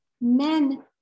men